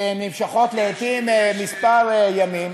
שנמשכות לעתים כמה ימים,